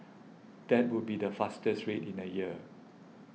that would be the fastest rate in a year